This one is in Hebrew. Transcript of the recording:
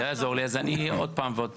אז אני אעיר עוד פעם ועוד פעם.